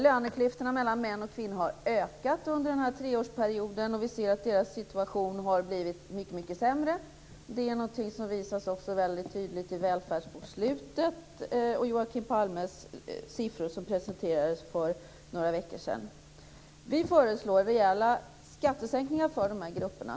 Löneklyftorna mellan män och kvinnor har ökat under den här treårsperioden, och vi ser att de ensamstående föräldrarnas situation har blivit mycket sämre. Det visas också väldigt tydligt i välfärdsbokslutet och i Joakim Palmes siffror som presenterades för några veckor sedan. Vi föreslår rejäla skattesänkningar för de här grupperna.